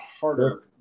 harder